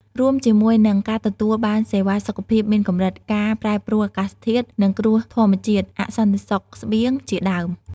រួមជាមួយនិង ការទទួលបានសេវាសុខភាពមានកម្រិត ការប្រែប្រួលអាកាសធាតុ និងគ្រោះធម្មជាតិ អសន្តិសុខស្បៀង ជាដើម។